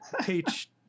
Teach